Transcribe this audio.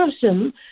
person